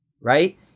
right